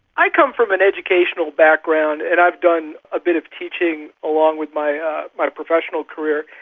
i come from an educational background and i've done a bit of teaching along with my ah my professional career,